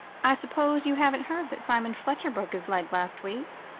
i suppose you haven't heard that simon fletcher broke his leg last week.